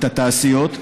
את התעשיות,